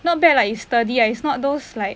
not bad lah it's sturdy it's not those like